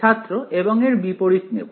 ছাত্র এবং এর বিপরীত নেব